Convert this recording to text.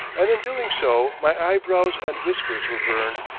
and in doing so my eyebrows and whiskers were burned,